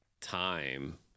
time